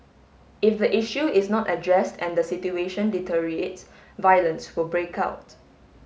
if the issue is not addressed and the situation deteriorates violence will break out